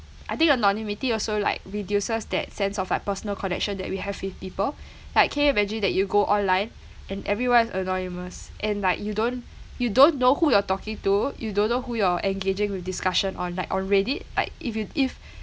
I think anonymity also like reduces that sense of like personal connection that we have with people like can you imagine that you go online and everyone's anonymous and like you don't you don't know who you're talking to you don't know who you're engaging with discussion on like on Reddit like if you if